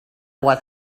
what